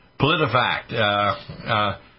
politifact